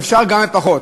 אפשר גם בפחות.